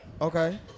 Okay